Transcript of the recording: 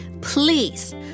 please